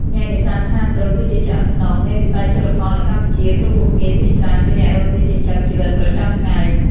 អ្នកនេសាទខ្នាតតូចគឺជាឆ្អឹងខ្នងនៃវិស័យជលផលនៅកម្ពុជា ព្រោះពួកគេភាគច្រើនជាអ្នករកស៊ីចិញ្ចឹមជីវិតប្រចាំថ្ងៃ។